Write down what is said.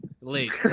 Late